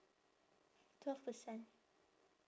twelve percent